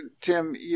Tim